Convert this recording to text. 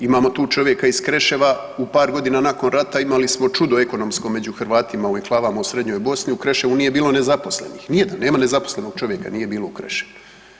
Imamo tu čovjeka iz Kreševa u par godina nakon rata imali smo čudo ekonomsko među Hrvatima u enklavama u srednjoj Bosni, u Kreševom nije bilo nezaposlenih, nijedan, nema nezaposlenog čovjeka nije bilo u Kreševu.